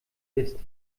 isst